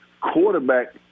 quarterback